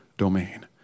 domain